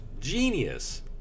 Genius